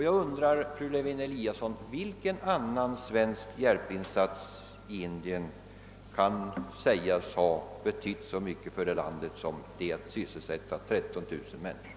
Jag undrar då, fru Lewén-Eliasson: Vilken annan svensk hjälpinsats kan sägas ha betytt så mycket för Indien som den att sysselsätta dessa 13 000 människor?